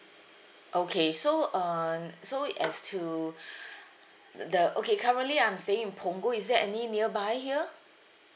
okay so um so as to th~ the okay currently I'm staying in punggol is there any nearby here